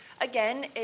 again